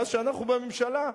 מאז אנחנו בממשלה,